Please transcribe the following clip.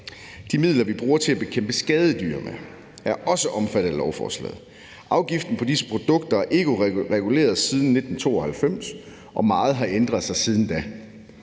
de midler, vi bruger til at bekæmpe skadedyr med, er også omfattet af lovforslaget. Afgiften på disse produkter er ikke reguleret siden 1992, og meget har ændret sig siden da.